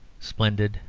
splendid,